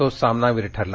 तो सामनावीर ठरला